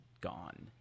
gone